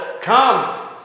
come